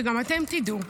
שגם אתם תדעו,